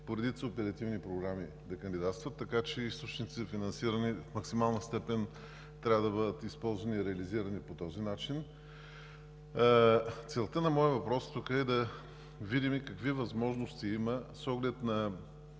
по редица оперативни програми да кандидатстват, така че източниците на финансиране в максимална степен трябва да бъдат използвани и реализирани по този начин. Целта на моя въпрос е да видим какви възможности има с оглед на